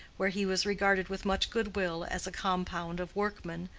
where he was regarded with much good-will as a compound of workman,